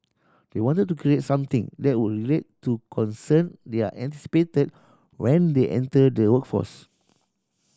they wanted to create something that would relate to concern they are anticipated when they enter the workforce